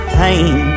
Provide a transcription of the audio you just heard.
pain